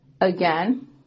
again